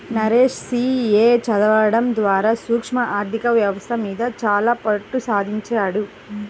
Naresh CA చదవడం ద్వారా సూక్ష్మ ఆర్ధిక వ్యవస్థ మీద చాలా పట్టుసంపాదించాడు